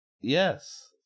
Yes